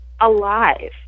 alive